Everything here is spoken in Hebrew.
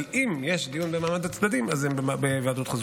אבל אם יש דיון במעמד הצדדים אז זה בהיוועדות חזותית.